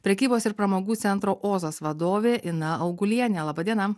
prekybos ir pramogų centro ozas vadovė ina augulienė laba diena